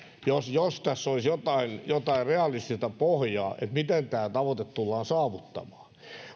jos jos tässä olisi jotain jotain realistista pohjaa miten tämä tavoite tullaan saavuttamaan